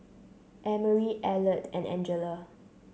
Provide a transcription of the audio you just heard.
Emory Elliott and Angela